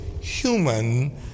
human